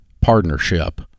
partnership